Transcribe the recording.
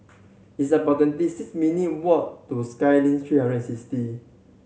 it's about twenty six minute walk to Skyline three hundred and sixty